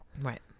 Right